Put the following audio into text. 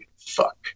fuck